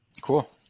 cool